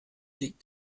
liegt